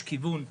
יש כיוון,